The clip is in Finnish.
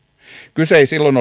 kyse ei silloin